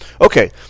Okay